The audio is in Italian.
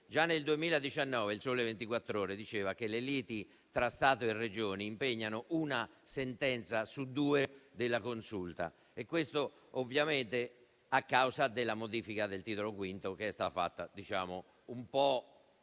Già nel 2019, «Il Sole 24 Ore» diceva che le liti tra Stato e Regioni impegnano una sentenza su due della Consulta. Questo, ovviamente, a causa della modifica del Titolo V, che è stata fatta un po'